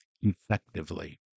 effectively